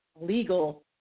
legal